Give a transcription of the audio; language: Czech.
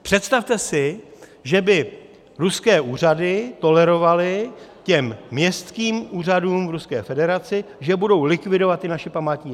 Představte si, že by ruské úřady tolerovaly těm městským úřadům v Ruské federaci, že budou likvidovat naše památníky.